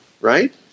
right